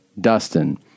Dustin